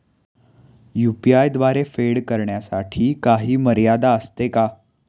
UPI द्वारे फेड करण्यासाठी काही मर्यादा असते का?